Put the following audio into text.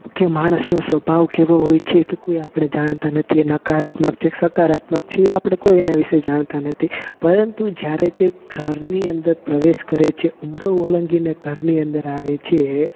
કે માણસનો સ્વભાવ કેવો હોય છે કે કોઈ આપણે જાણતા નથી નકારાત્મક જે સકારાત્મક છે એ આપણે કોઈ એને વિષે જાણતા નથી પરંતુ જ્યારે તે ઘરની અંદર પ્રવેશ કરે છે ઉંબરો ઓળંગીને ઘરની અંદર આવે છે